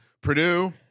Purdue